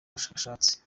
bashakashatsi